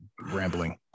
rambling